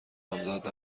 نامزد